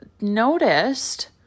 noticed